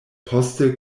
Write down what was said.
poste